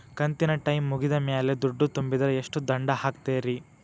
ಕಂತಿನ ಟೈಮ್ ಮುಗಿದ ಮ್ಯಾಲ್ ದುಡ್ಡು ತುಂಬಿದ್ರ, ಎಷ್ಟ ದಂಡ ಹಾಕ್ತೇರಿ?